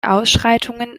ausschreitungen